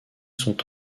sont